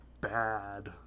bad